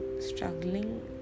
struggling